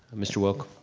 mr. wilk.